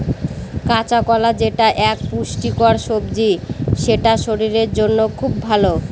কাঁচকলা যেটা এক পুষ্টিকর সবজি সেটা শরীরের জন্য খুব ভালো